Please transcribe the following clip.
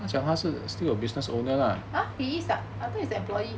!huh! he is ah I thought he's the employee